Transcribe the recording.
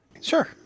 sure